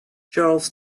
charles